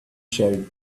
share